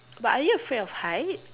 but are you afraid of height